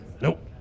Nope